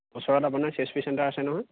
ওচৰত আপোনাৰ C S P centre আছে নহয়